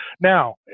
now